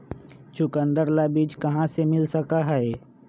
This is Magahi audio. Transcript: चुकंदर ला बीज कहाँ से मिल सका हई?